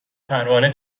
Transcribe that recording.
پروانه